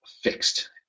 fixed